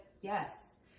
yes